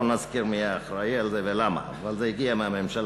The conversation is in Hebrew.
לא נזכיר מי אחראי לזה ולמה, אבל זה הגיע מהממשלה.